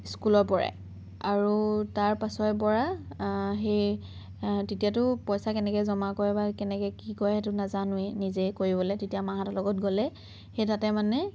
স্কুলৰ পৰাই আৰু তাৰ পাছৰে পৰা সেই তেতিয়াতো পইচা কেনেকৈ জমা কৰে বা কেনেকৈ কি কৰে সেইটো নাজানোঁৱেই নিজেই কৰিবলৈ তেতিয়া মাহঁতৰ লগত গ'লে সেই তাতে মানে